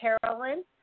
Carolyn